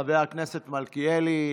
חבר הכנסת מלכיאלי,